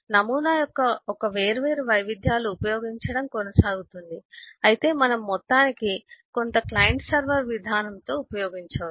నమూనా యొక్క ఒక వేర్వేరు వైవిధ్యాలు ఉపయోగించడం కొనసాగుతుంది అయితే మనము మొత్తానికి కొంత క్లయింట్ సర్వర్ విధానంతో ఉపయోగించవచ్చు